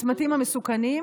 הצמתים המסוכנים,